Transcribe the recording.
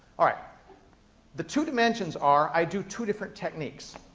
ah the two dimensions are, i do two different techniques.